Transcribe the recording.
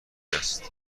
است